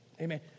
Amen